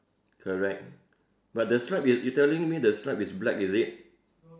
correct but the stripe is you telling me the stripe is black is it